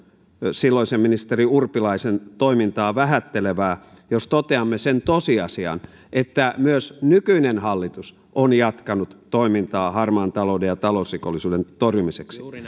silloisen ministeri urpilaisen toimintaa vähättelevää jos toteamme sen tosiasian että myös nykyinen hallitus on jatkanut toimintaa harmaan talouden ja talousrikollisuuden torjumiseksi